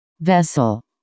Vessel